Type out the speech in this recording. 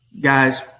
Guys